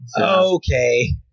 Okay